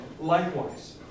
Likewise